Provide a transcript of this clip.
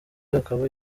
akaba